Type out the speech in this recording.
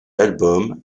album